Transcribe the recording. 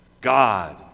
God